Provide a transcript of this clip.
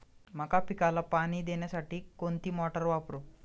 मका पिकाला पाणी देण्यासाठी कोणती मोटार वापरू?